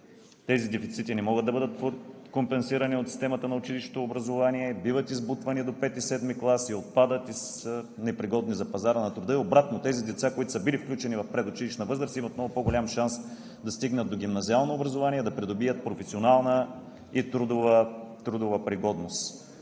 Тези дефицити не могат да бъдат компенсирани от системата на училищното образование, биват избутвани до V – VII клас, отпадат и са непригодни за пазара на труда. И обратно, тези деца, които са били включени в предучилищна възраст, имат по-голям шанс да стигнат до гимназиално образование, да придобият професионална и трудова пригодност.